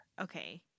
okay